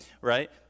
right